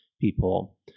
people